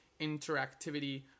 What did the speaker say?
interactivity